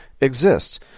exist